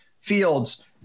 fields